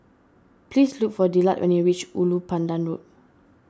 please look for Dillard when you reach Ulu Pandan Road